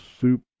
soup